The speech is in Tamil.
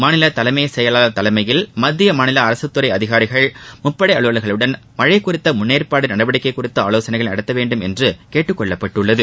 மாநில தலைமைச் செயலாளர் தலைமையில் மத்திய மாநில அரசு துறை அதிகாரிகள் முப்படை அலுவல்களுடன் மழை குறித்த முன்னேற்பாடு நடவடிக்கை குறித்த ஆலோசனைகளை நடத்த வேண்டுமென்று கேட்டுக் கொள்ளப்பட்டுள்ளது